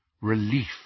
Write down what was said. Relief